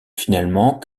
finalement